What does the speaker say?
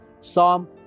Psalm